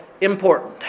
important